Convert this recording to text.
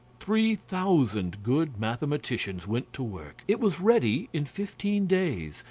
three thousand good mathematicians went to work it was ready in fifteen days,